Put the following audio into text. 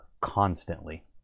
constantly